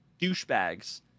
douchebags